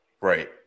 Right